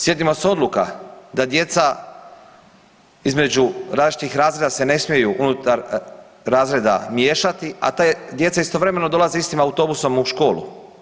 Sjetimo se odluka da djeca između različitih razreda se ne smiju unutar razreda miješati a ta djeca istovremeno dolaze istim autobusom u školu.